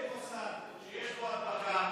כשיש מוסד שיש בו הדבקה,